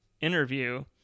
interview